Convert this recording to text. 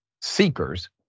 seekers